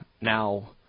Now